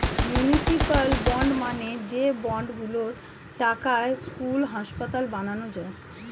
municipal bond মানে যে bond গুলোর টাকায় স্কুল, হাসপাতাল বানানো যায়